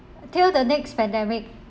till the next pandemic